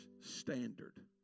standard